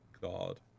God